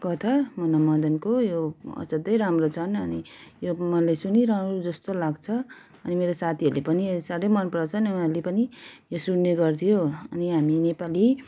कथा मुना मदनको यो असाध्यै राम्रो छन् यो मैले सुनिरहुँ जस्तो लाग्छ अनि मेरो साथीहरूले पनि साह्रै मन पराउँछन् उनीहरूले पनि यो सुन्नेगर्थ्यो अनि हामी नेपाली